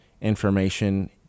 information